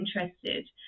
interested